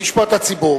וישפוט הציבור.